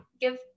Give